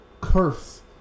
curse